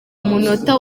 munota